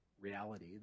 reality